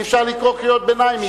ואי-אפשר לקרוא קריאות ביניים מתא,